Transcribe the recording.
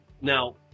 Now